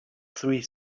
three